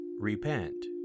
Repent